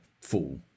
full